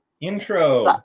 Intro